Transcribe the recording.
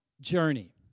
journey